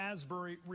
Asbury